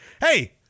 Hey